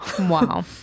Wow